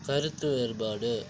கருத்து வேறுபாடு